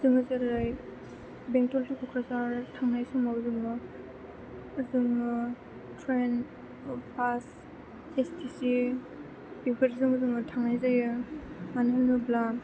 जोङो जेरै बेंटल टु क'क्राझार थांनाय समाव जोङो train bus A S T C बेफोरजों जोङो थांनाय जायो मानो होनोब्ला